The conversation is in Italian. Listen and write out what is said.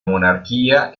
monarchia